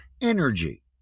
Energy